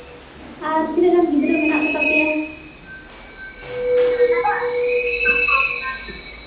ᱟᱨ ᱛᱤᱱᱟᱹᱜ ᱜᱟᱱ ᱜᱤᱫᱽᱨᱟᱹ ᱢᱮᱱᱟᱜ ᱠᱚᱛᱟ ᱯᱮᱭᱟ